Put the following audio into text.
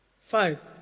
Five